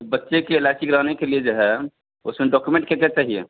बच्चे के L I C कराने के लिए जो है उसमें डॉकुमेंट क्या क्या चाहिए